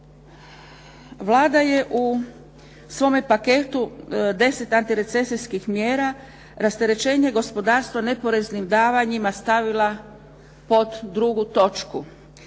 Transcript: Vlada je u svome paketu 10 antirecesijskih mjera rasterećenje gospodarstva neporeznima davanjima stavila pod drugu točku.